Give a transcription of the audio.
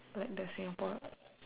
like the Singapore